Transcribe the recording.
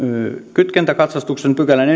kytkentäkatsastuksen pykälän